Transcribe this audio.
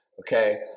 okay